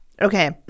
Okay